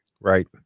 Right